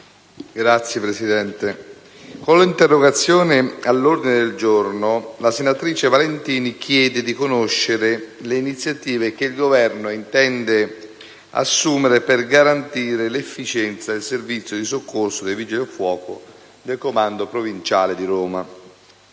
Signor Presidente, con l'interrogazione all'ordine del giorno la senatrice Valentini chiede di conoscere le iniziative che il Governo intende assumere per garantire l'efficienza del servizio di soccorso dei Vigili del fuoco del comando provinciale di Roma